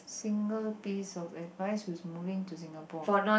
single piece of advice with moving to Singapore